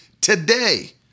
today